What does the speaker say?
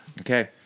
Okay